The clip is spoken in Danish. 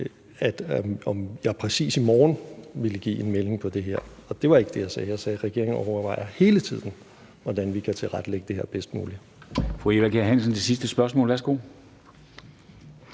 om jeg præcis i morgen ville give en melding om det her. Og det var ikke det, jeg sagde. Jeg sagde, at regeringen hele tiden overvejer, hvordan vi kan tilrettelægge det her bedst muligt.